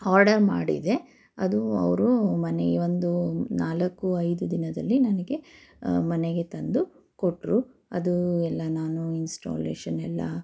order ಮಾಡಿದೆ ಅದು ಅವರು ಮನೆಗೆ ಒಂದು ನಾಲ್ಕು ಐದು ದಿನದಲ್ಲಿ ನನಗೆ ಮನೆಗೆ ತಂದು ಕೊಟ್ಟರು ಅದು ಎಲ್ಲ ನಾನು ಇನ್ಸ್ಟಾಲೇಷನ್ ಎಲ್ಲ